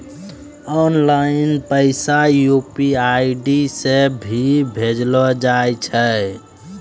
online पैसा UPI ID से भी भेजलो जाय छै